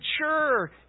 mature